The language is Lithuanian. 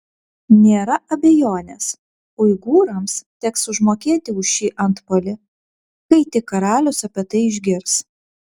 nėra abejonės uigūrams teks užmokėti už šį antpuolį kai tik karalius apie tai išgirs